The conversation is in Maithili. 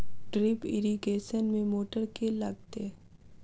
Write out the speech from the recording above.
ड्रिप इरिगेशन मे मोटर केँ लागतै?